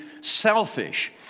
selfish